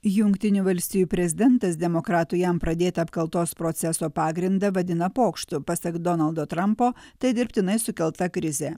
jungtinių valstijų prezidentas demokratų jam pradėtą apkaltos proceso pagrindą vadina pokštu pasak donaldo trampo tai dirbtinai sukelta krizė